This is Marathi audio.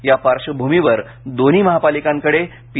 या पार्श्वभूमीवर दोन्ही महापालिकांकडे पी